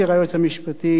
היועץ המשפטי,